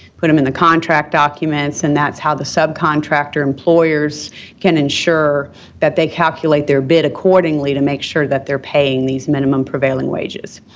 put them in the contract documents, and that's how the subcontractor employers can ensure that they calculate their bid accordingly to make sure that they're paying these minimum prevailing wages.